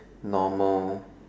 normal